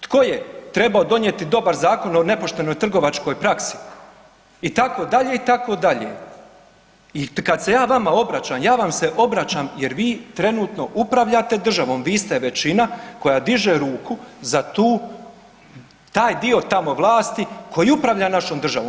Tko je trebao donijeti dobar Zakon o nepoštenoj trgovačkoj praksi, itd., itd. i kad se ja vama obraćam, ja vam se obraćam jer vi trenutno upravljate državom, vi ste većina koja diže ruku za tu, taj dio, tamo vlasti, koji upravlja našom državom.